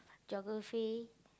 geography